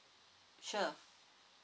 sure